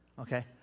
Okay